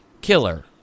Killer